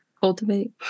cultivate